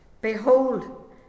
behold